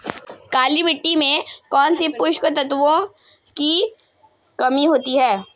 काली मिट्टी में कौनसे पोषक तत्वों की कमी होती है?